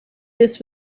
this